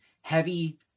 heavy